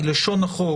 היא לשון החוק,